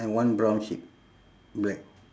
and one brown sheep black